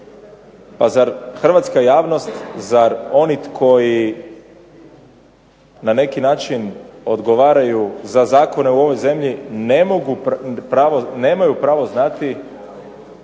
pa zar hrvatska javnost, zar oni koji na neki način odgovaraju za zakone u ovoj zemlji nemaju pravo znati